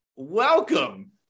Welcome